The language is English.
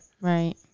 Right